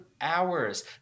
hours